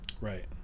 Right